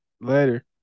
Later